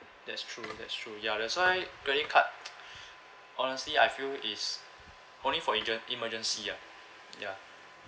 that's true that's true ya that's why credit card honestly I feel is only for emergen~ emergency ah ya